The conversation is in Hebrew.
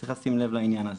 צריך לשים לב לעניין הזה.